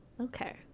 Okay